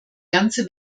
ganze